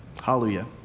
Hallelujah